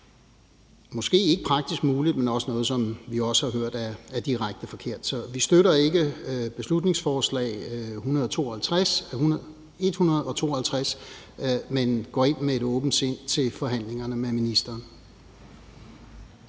både ikke er praktisk mulige, men som vi også har hørt er noget, der er direkte forkert. Så vi støtter ikke beslutningsforslag nr. B 152, men går ind med et åbent sind til forhandlingerne med ministeren.